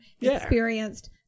experienced